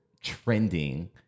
trending